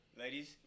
Ladies